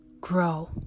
grow